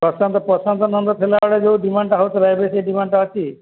ପ୍ରଶାନ୍ତ ପ୍ରଶାନ୍ତ ନନ୍ଦ ଥିଲା ବେଳେ ଯୋଉ ଡିମାଣ୍ଡଟା ହେଉଥିଲା ଏବେ ସେ ଡିମାଣ୍ଡଟା ଅଛି